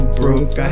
broke